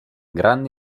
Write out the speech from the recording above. grande